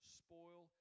spoil